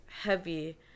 heavy